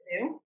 New